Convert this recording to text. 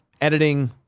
editing